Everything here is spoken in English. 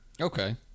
Okay